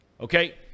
okay